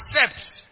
accept